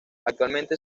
actualmente